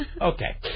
Okay